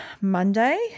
Monday